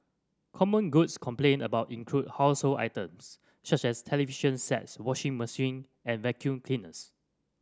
common goods complained about include household items such as television sets washing machine and vacuum cleaners